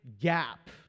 gap